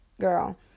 girl